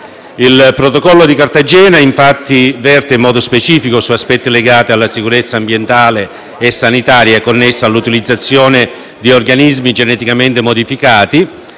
Il Protocollo di Cartagena, infatti, verte in modo specifico su aspetti legati alla sicurezza ambientale e sanitaria connessi all'utilizzazione di organismi geneticamente modificati,